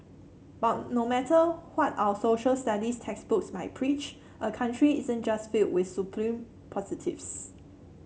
but no matter what our Social Studies textbooks might preach a country isn't just filled with supreme positives